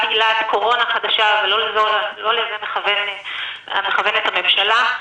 עילת קורונה חדשה ולא לזה מכוונת הממשלה.